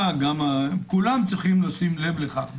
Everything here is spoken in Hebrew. כולם צריכים לשים לב לכך.